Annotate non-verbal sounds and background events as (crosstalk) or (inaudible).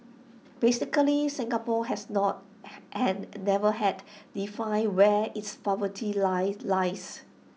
basically Singapore has not (noise) and never had defined where its poverty line lies